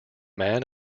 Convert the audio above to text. man